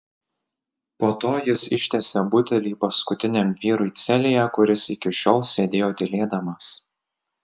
po to jis ištiesė butelį paskutiniam vyrui celėje kuris iki šiol sėdėjo tylėdamas